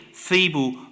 feeble